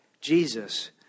Jesus